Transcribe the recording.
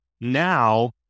Now